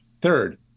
Third